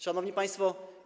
Szanowni Państwo!